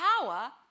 power